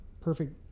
Perfect